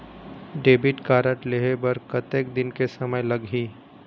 Debit card लेहे बर कतेक दिन के समय लगही?